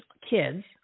kids